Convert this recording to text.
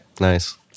Nice